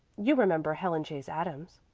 you remember helen chase adams?